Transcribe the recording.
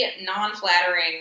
non-flattering